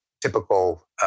typical